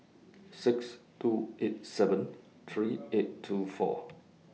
six two eight seven three eight two four